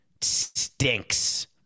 Stinks